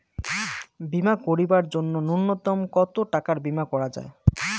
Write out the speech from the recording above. বীমা করিবার জন্য নূন্যতম কতো টাকার বীমা করা যায়?